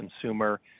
consumer